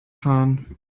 fahren